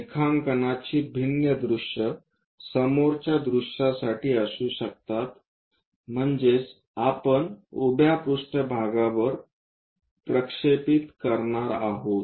रेखांकनाची भिन्न दृश्ये समोरच्या दृश्यासाठी असू शकतात म्हणजेच आपण उभ्या पृष्ठभागावर प्रक्षेपित करणार आहोत